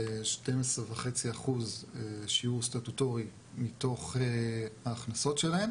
12.5% שיעור סטטוטורי מתוך ההכנסות שלהן